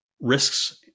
risks